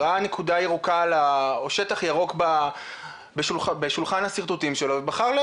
ראה נקודה ירוקה או שטח ירוק בשולחן השרטוטים שלו ובחר,